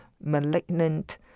malignant